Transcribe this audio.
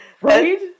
Right